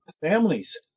families